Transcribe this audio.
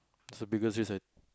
it's the biggest years and